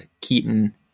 Keaton